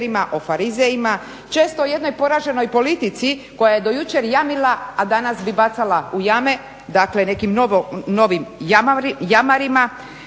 o farizejima. Često jednoj poraženoj politici koja je do jučer jamila, a danas bi bacala u jame, dakle nekim novim jamarima.